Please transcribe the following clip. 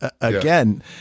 again